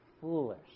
foolish